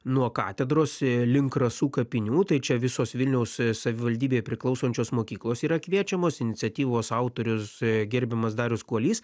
nuo katedros link rasų kapinių tai čia visos vilniaus savivaldybei priklausančios mokyklos yra kviečiamos iniciatyvos autorius gerbiamas darius kuolys